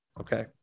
Okay